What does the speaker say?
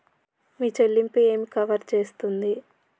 మీ చెల్లింపు ఏమి కవర్ చేస్తుంది?